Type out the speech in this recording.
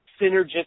synergistic